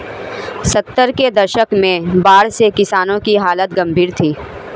सत्तर के दशक में बाढ़ से किसानों की हालत गंभीर थी